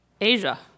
Asia